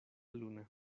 luna